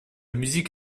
musique